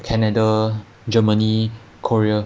canada germany korea